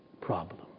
problem